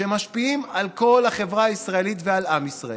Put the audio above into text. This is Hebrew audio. שמשפיעים על כל החברה הישראלית ועל עם ישראל.